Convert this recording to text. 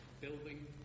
Building